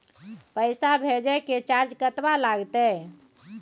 पैसा भेजय के चार्ज कतबा लागते?